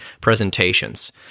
presentations